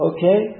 Okay